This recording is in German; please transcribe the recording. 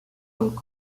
und